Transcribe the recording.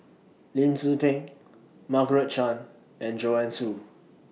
Lim Tze Peng Margaret Chan and Joanne Soo